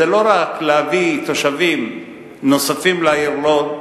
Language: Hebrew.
זה לא רק להביא תושבים נוספים לעיר לוד,